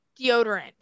deodorant